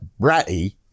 Bratty